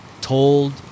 told